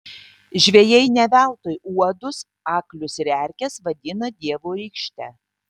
žvejai ne veltui uodus aklius ir erkes vadina dievo rykšte